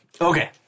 Okay